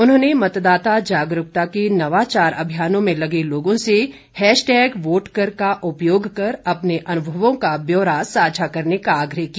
उन्होंने मतदाता जागरूकता के नवाचार अभियानों में लगे लोगों से हैशटेग वोटकर का उपयोग कर अपने अनुभवों का ब्यौरा साझा करने का आग्रह किया